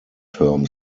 term